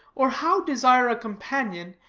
or how desire a companion,